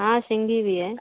ہاں سینگی بھی ہے